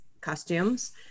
costumes